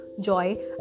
joy